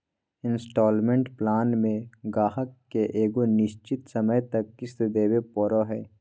instalment plan मे गाहक के एगो निश्चित समय तक किश्त देवे पड़ो हय